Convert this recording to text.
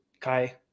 Kai